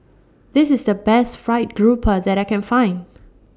This IS The Best Fried Garoupa that I Can Find